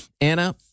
Anna